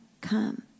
come